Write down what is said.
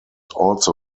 also